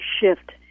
shift